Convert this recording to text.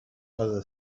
other